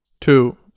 two